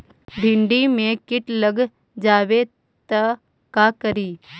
भिन्डी मे किट लग जाबे त का करि?